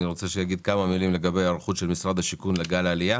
אני רוצה שיגיד כמה מילים לגבי ההיערכות של משרד השיכון לגל העלייה.